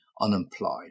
unemployed